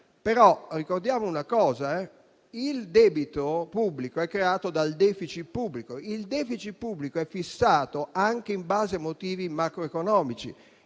ma ricordiamo una cosa: il debito pubblico è creato dal *deficit* pubblico ed il *deficit* pubblico è fissato anche in base a motivi macroeconomici.